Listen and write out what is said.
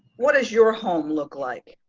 what does your home look like?